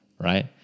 Right